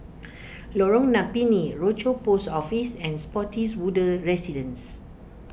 Lorong Napiri Rochor Post Office and Spottiswoode Residences